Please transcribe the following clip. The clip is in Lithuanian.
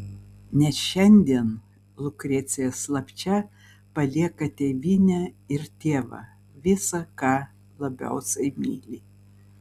nes šiandien lukrecija slapčia palieka tėvynę ir tėvą visa ką labiausiai myli